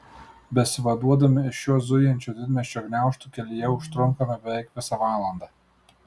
besivaduodami iš šio zujančio didmiesčio gniaužtų kelyje užtrunkame beveik visą valandą